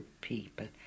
people